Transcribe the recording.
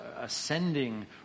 ascending